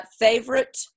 Favorite